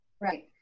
Right